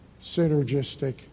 synergistic